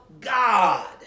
God